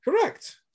Correct